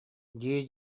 дии